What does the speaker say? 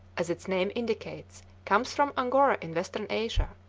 as its name indicates, comes from angora in western asia,